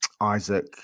Isaac